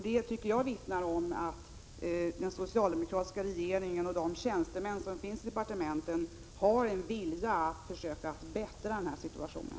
Det tycker jag vittnar om att den socialdemokratiska regeringen och de tjänstemän som finns i departementen har en vilja att försöka förbättra situationen.